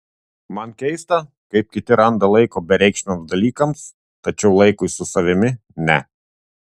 man keista kaip kiti randa laiko bereikšmiams dalykams tačiau laikui su savimi ne